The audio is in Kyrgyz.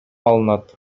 алынат